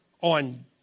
on